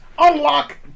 unlock